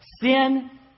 sin